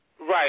Right